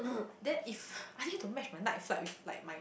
then if I need to match my night flight with like my